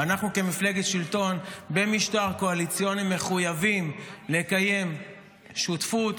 ואנחנו כמפלגת שלטון במשטר קואליציוני מחויבים לקיים שותפות